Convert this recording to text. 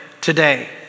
today